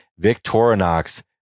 Victorinox